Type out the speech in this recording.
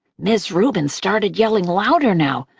ms. rubin started yelling louder now,